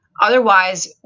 Otherwise